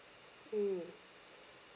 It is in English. okay